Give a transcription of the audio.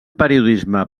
periodisme